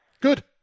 Good